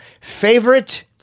favorite